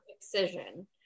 excision